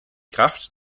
kraft